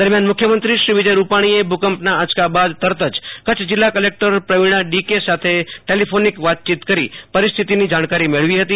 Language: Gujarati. દરમિયાન મુખ્યમંત્રી શ્રી વિજય રૂપાણીએ ભૂકંપના આંચકા બાદ તરત જ કચ્છ જીલ્લાના કલેકટર પ્રવીણ ડીકે સાથે ટેલીફોનીક વાતચીત કરી પરિસ્થિતિની જાણકારી મેળવી હતી